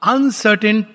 Uncertain